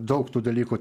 daug tų dalykų